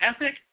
ethic